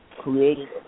created